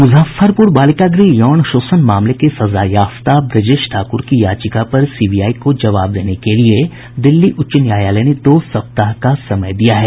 मुजफ्फरपुर बालिका गृह यौन शोषण मामले के सजायाफ्ता ब्रजेश ठाकूर की याचिका पर सीबीआई को जवाब देने के लिए दिल्ली उच्च न्यायालय ने दो सप्ताह का समय दिया है